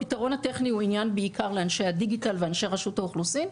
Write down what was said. הפתרון הטכני הוא עניין בעיקר לאנשי הדיגיטל ולאנשי רשות האוכלוסין,